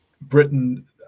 Britain